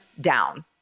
down